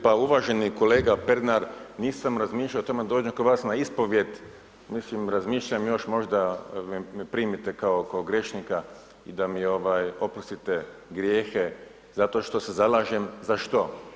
Pa uvaženi kolega Pernar, nisam razmišljao o tome da dođem kod vas na ispovijed, mislim, razmišljam još, možda me primite kao grešnika i da mi oprostite grijehe zato što se zalažem za što?